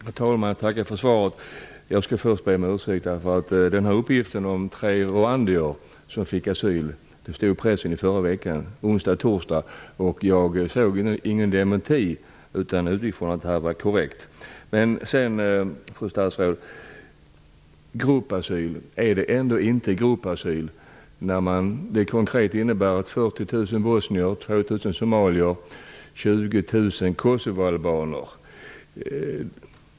Herr talman! Jag tackar för svaret. Jag skall först be om ursäkt. Uppgiften om att tre rwandier fick asyl fanns i pressen i förra veckan på onsdag och torsdag. Jag fann ingen dementi, utan jag utgick från att uppgiften var korrekt. Är det ändå inte gruppasyl, fru statsråd, när det gäller 40 000 bosnier, 2 000 somalier samt 20 000 kosovoalbaner?